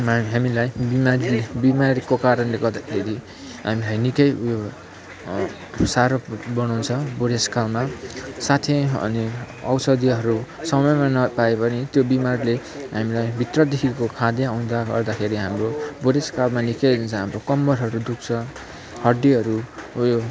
हामीलाई बिमारी बिमारीको कारणले गर्दाखेरि हामीलाई निक्कै उयो साह्रो बनाउँछ बुढेसकालमा साथै अनि औषधिहरू समयमै नपाए पनि त्यो बिमारले हामीलाई भित्रदेखिको खाँदै आउँदा गर्दाखेरि हाम्रो बुढेसकालमा निक्कै हाम्रो कम्मरहरू दुख्छ हड्डीहरू उयो